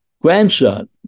grandson